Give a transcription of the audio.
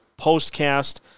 postcast